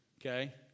Okay